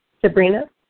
Sabrina